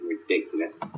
ridiculous